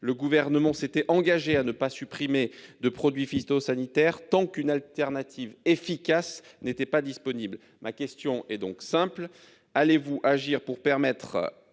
le gouvernement s'était engagé à ne pas supprimer de produits phytosanitaires tant qu'une alternative efficace n'était pas disponible. Ma question est donc simple, allez-vous agir pour permettre